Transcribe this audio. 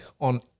on